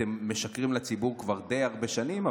אתם משקרים לציבור כבר די הרבה שנים,